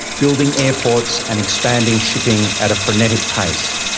building airports and expanding shipping at a frenetic pace.